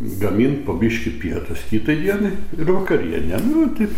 gamint po biškį pietus kitai dienai ir vakarienę nu taip